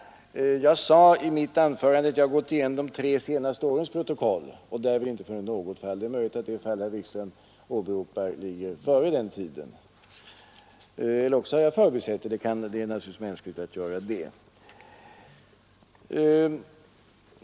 Jag sade i mitt anförande att jag gått igenom de tre senaste årens protokoll och därvid inte funnit något sådant fall, Det är möjligt att det fall som herr Wikström åberopar ligger före den tiden, eller också har jag förbisett det — det är naturligtvis mänskligt att göra det.